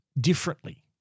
differently